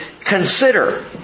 consider